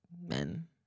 Men